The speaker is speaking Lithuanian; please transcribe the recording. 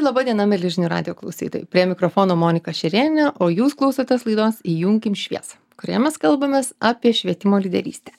laba diena mieli žinių radijo klausytojai prie mikrofono monika šerėnienė o jūs klausotės laidos įjunkim šviesą kurioje mes kalbamės apie švietimo lyderystę